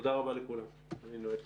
תודה רבה לכולם, אני נועל את הדיון.